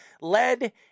led